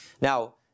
Now